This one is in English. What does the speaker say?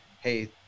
Hey